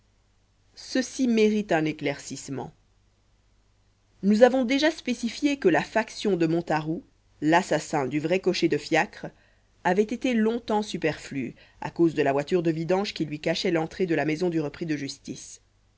ceci mérite un éclaircissement nous avons déjà spécifié que la faction de montaroux l'assassin du vrai cocher de fiacre avait été longtemps superflue à cause de la voiture de vidange qui lui cachait l'entrée de la maison du repris de justice